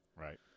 Right